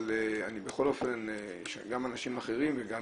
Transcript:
אבל בכל אופן יש גם אנשים אחרים וגם